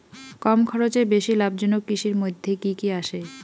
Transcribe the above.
কম খরচে বেশি লাভজনক কৃষির মইধ্যে কি কি আসে?